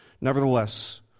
Nevertheless